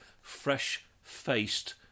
fresh-faced